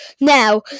now